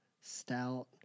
Stout